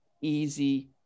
easy